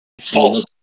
False